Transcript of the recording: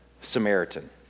Samaritan